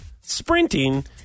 sprinting